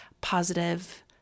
positive